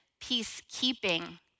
peacekeeping